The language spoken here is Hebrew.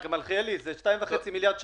מלכיאלי, זה 2.5 מיליארד שקל.